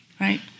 right